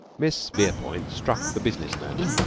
miss verepoint struck the business note.